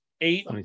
eight